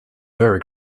very